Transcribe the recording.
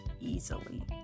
easily